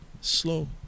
slow